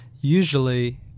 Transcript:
Usually